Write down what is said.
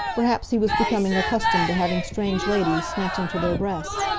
perhaps he was becoming accustomed to having strange ladies snatch him to their breasts.